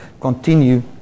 continue